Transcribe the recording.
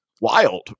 wild